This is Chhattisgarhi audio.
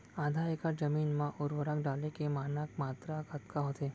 आधा एकड़ जमीन मा उर्वरक डाले के मानक मात्रा कतका होथे?